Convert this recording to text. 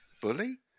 Bully